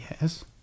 Yes